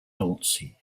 nancy